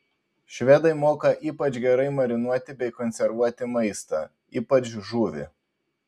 švedai moka ypač gerai marinuoti bei konservuoti maistą ypač žuvį